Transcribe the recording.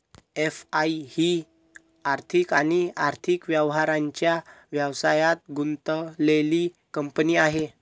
FI ही आर्थिक आणि आर्थिक व्यवहारांच्या व्यवसायात गुंतलेली कंपनी आहे